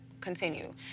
continue